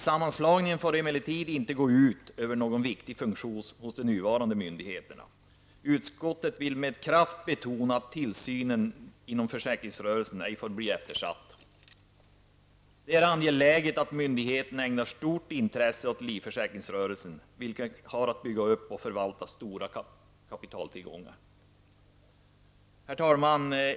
Sammanslagningen får emellertid inte gå ut över någon viktig funktion hos de nuvarande myndigheterna. Utskottet vill med det betona att tillsynen inom försäkringsrörelsen ej får bli eftersatt. Det är angeläget att myndigheten ägnar stort intresse åt livförsäkringsrörelsen, vilken har att bygga upp och förvalta stora kapitaltillgångar. Herr talman!